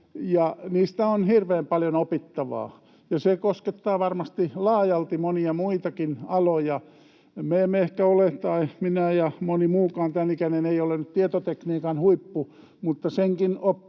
niistä on hirveän paljon opittavaa, ja se koskettaa varmasti laajalti monia muitakin aloja. Me emme ehkä ole — tai minä ja moni muukaan tämän ikäinen — tietotekniikan huippuja, mutta senkin oppii,